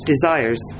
desires